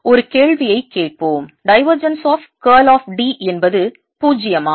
ஒரு கேள்வியைக் கேட்போம் divergence of curl of D என்பது பூஜ்ஜியமா